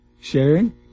sharing